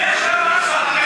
היית שם פעם?